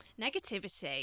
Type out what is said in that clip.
negativity